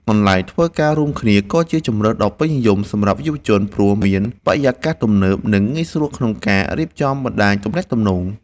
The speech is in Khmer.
កន្លែងធ្វើការរួមគ្នា ក៏ជាជម្រើសដ៏ពេញនិយមសម្រាប់យុវជន ព្រោះមានបរិយាកាសទំនើប និងងាយស្រួលក្នុងការរៀបចំបណ្តាញទំនាក់ទំនង។